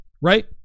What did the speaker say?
right